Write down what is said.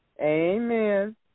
Amen